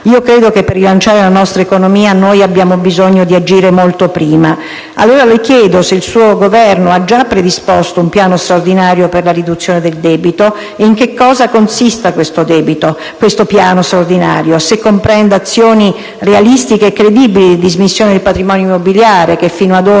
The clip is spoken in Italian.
ma credo che, per rilanciare la nostra economia, abbiamo bisogno di agire molto prima. Allora le chiedo se il suo Governo ha già predisposto un piano straordinario per la riduzione del debito e in che cosa consista questo piano: se comprenda azioni realistiche e credibili di dismissione del patrimonio immobiliare, che, fino ad ora,